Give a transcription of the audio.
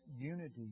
unity